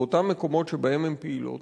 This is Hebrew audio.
באותם מקומות שבהם הן פעילות,